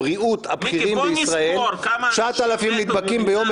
ברגע שהחלטת לחזור מזה